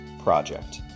project